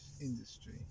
industry